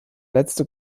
letzte